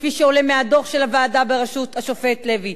כפי שעולה מהדוח של הוועדה בראשות השופט לוי,